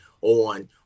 on